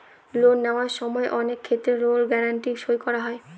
loan নেওয়ার সময় অনেক ক্ষেত্রে লোন গ্যারান্টি সই করা হয়